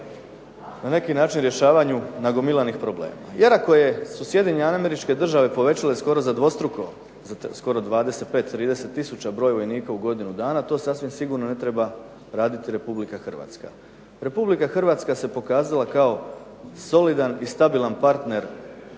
na neki način rješavanju nagomilanih problema. Jer ako su Sjedinjene Američke države povećale skoro za dvostruko, skoro 25, 30 tisuća broj vojnika u godinu dana to sasvim sigurno ne treba raditi RH. RH se pokazala kao solidan i stabilan partner